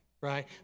Right